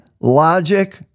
logic